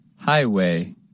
Highway